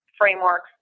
frameworks